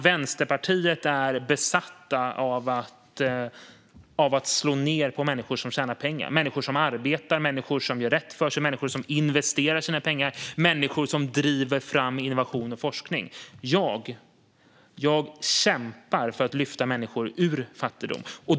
Vänsterpartiet är besatt av att slå ned på människor som tjänar pengar, arbetar, gör rätt för sig, investerar sina pengar och driver fram innovation och forskning. Jag kämpar för att lyfta människor ur fattigdom.